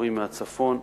המורים מהצפון.